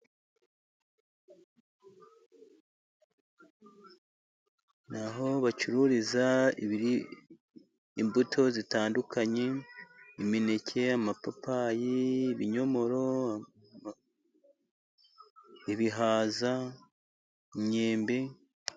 Ni aho bacururiza ibiri imbuto zitandukanye, imineke, amapapayi, ibinyomoro, ibihaza, imyembe.